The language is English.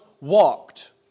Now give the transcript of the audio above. walked